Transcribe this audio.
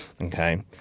Okay